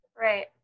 Right